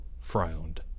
frowned